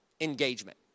engagement